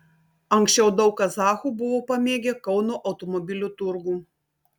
anksčiau daug kazachų buvo pamėgę kauno automobilių turgų